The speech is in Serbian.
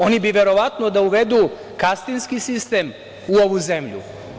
Oni bi verovatno da uvedu kastinski sistem u ovu zemlju.